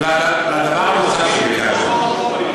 הדגימה נלקחה בטייבה או בקייטרינג?